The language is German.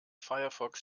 firefox